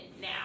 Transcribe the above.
now